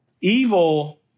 Evil